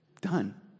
done